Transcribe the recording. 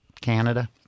Canada